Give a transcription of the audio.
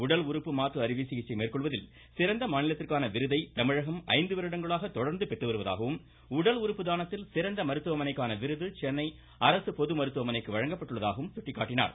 உடல் உறுப்பு மாற்று அறுவை சிகிச்சை மேற்கொள்வதில் சிறந்த மாநிலத்திற்கான விருதை தமிழகம் ஐந்து வருடங்களாக தொடர்ந்து பெற்று வருவதாகவும் உடல் உறுப்பு தானத்தில் சிறந்த மருத்துவமனைக்கான விருது சென்னை பொதுமருத்துவமனைக்கு வழங்கப்பட்டுள்ளதாகவும் சுட்டிக்காட்டினார்